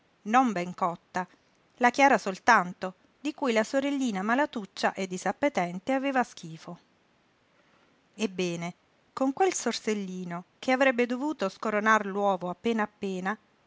non ben cotta la chiara soltanto di cui la sorellina malatuccia e disappetente aveva schifo ebbene con quel sorsellino che avrebbe dovuto scoronar l'uovo appena appena